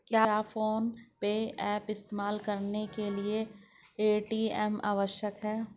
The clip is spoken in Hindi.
क्या फोन पे ऐप इस्तेमाल करने के लिए ए.टी.एम आवश्यक है?